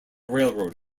railroad